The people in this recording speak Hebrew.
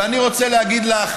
ואני רוצה להגיד לך,